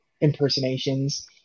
impersonations